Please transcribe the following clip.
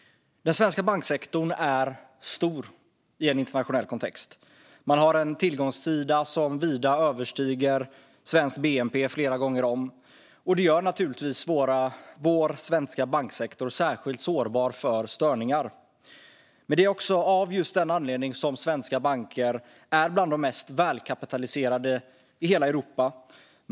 Den svenska banksektorn är stor i en internationell kontext. Man har en tillgångssida som överstiger svensk bnp flera gånger om. Detta gör naturligtvis vår svenska banksektor särskilt sårbar för störningar, men det är också av just denna anledning som svenska banker är bland de mest välkapitaliserade i hela Europa.